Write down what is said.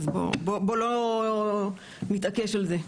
אז בוא לא נתעקש על זה.